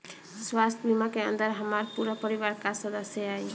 स्वास्थ्य बीमा के अंदर हमार पूरा परिवार का सदस्य आई?